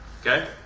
Okay